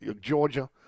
Georgia